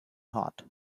hot